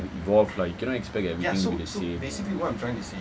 okay times have evolved lah you cannot expect everything to be the same